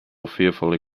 fearfully